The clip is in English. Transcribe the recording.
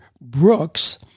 Brooks